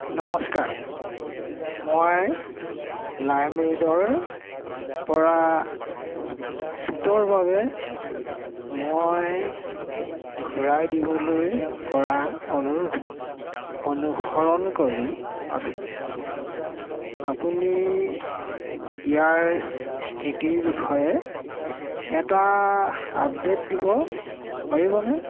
নমস্কাৰ মই লাইমৰোডৰ পৰা ছুটৰ বাবে মই ঘূৰাই দিবলৈ কৰা অনুৰোধ অনুসৰণ কৰি আছোঁ আপুনি ইয়াৰ স্থিতিৰ বিষয়ে এটা আপডেট দিব পাৰিবনে